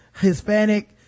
hispanic